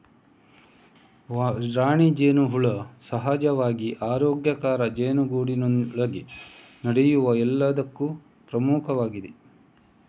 ರಾಣಿ ಜೇನುಹುಳ ಸಹಜವಾಗಿ ಆರೋಗ್ಯಕರ ಜೇನುಗೂಡಿನೊಳಗೆ ನಡೆಯುವ ಎಲ್ಲದಕ್ಕೂ ಪ್ರಮುಖವಾಗಿದೆ